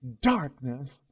darkness